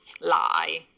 lie